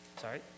Sorry